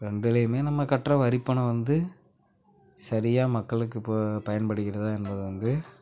ரெண்டுலேயுமே நம்ம கட்டுற வரிப்பணம் வந்து சரியாக மக்களுக்கு இப்போது பயன்படுகிறதா என்பது வந்து